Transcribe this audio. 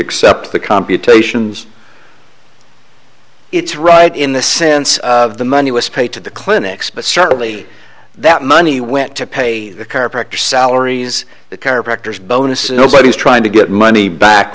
accept the computations it's right in the sense of the money was paid to the clinics but certainly that money went to pay a chiropractor salaries the chiropractor bonuses nobody's trying to get money back